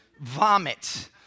vomit